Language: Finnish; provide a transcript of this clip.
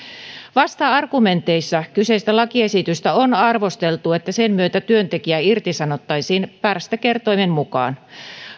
vasta argumenteissa kyseistä lakiesitystä on arvosteltu että sen myötä työntekijä irtisanottaisiin pärstäkertoimen mukaan